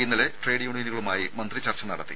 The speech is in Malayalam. ഇന്നലെ ട്രേഡ് യൂണിയനുകളുമായി മന്ത്രി ചർച്ച നടത്തി